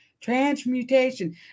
Transmutation